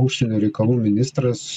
užsienio reikalų ministras